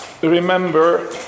Remember